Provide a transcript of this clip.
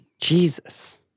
Jesus